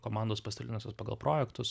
komandos pasidalinusios pagal projektus